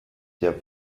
der